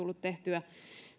tullut tehtyä